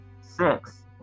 Six